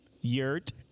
yurt